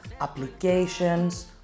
applications